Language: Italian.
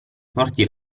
forti